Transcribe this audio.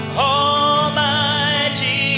Almighty